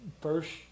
first